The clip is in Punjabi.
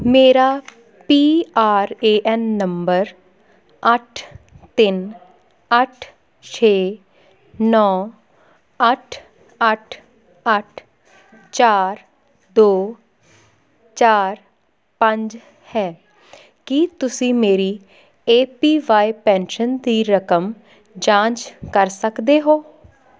ਮੇਰਾ ਪੀ ਆਰ ਏ ਐਨ ਨੰਬਰ ਅੱਠ ਤਿੰਨ ਅੱਠ ਛੇ ਨੌਂ ਅੱਠ ਅੱਠ ਅੱਠ ਚਾਰ ਦੋ ਚਾਰ ਪੰਜ ਹੈ ਕੀ ਤੁਸੀਂ ਮੇਰੀ ਏ ਪੀ ਵਾਈ ਪੈਨਸ਼ਨ ਦੀ ਰਕਮ ਜਾਂਚ ਕਰ ਸਕਦੇ ਹੋ